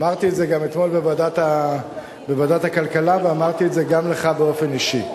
אמרתי את זה גם אתמול בוועדת הכלכלה ואמרתי את זה גם לך באופן אישי.